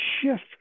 shift